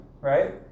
right